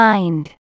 Mind